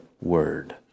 word